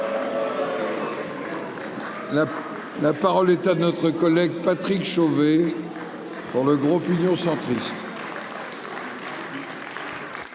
La parole est à notre collègue Patrick. Dans le groupe Union centriste.